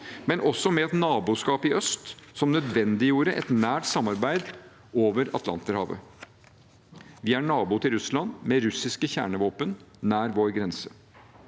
men også med et naboskap i øst som nødvendiggjorde et nært samarbeid over Atlanterhavet. Vi er nabo til Russland, med russiske kjernevåpen nær vår grense.